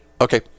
Okay